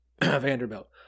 Vanderbilt